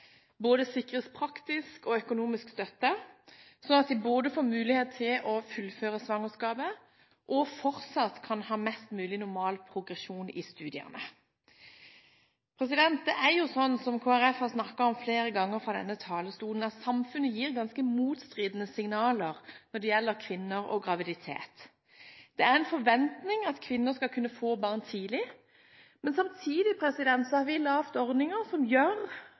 både får mulighet til å fullføre svangerskapet og fortsatt kan ha mest mulig normal progresjon i studiene. Som Kristelig Folkeparti har snakket om flere ganger fra denne talerstolen, gir samfunnet ganske motstridende signaler når det gjelder kvinner og graviditet. Det er en forventning at kvinner skal kunne få barn tidlig. Samtidig har vi laget ordninger som